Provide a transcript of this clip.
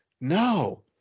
No